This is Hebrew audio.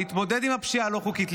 להתמודד עם הפשיעה הלא-חוקית,